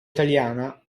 italiana